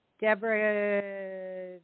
Deborah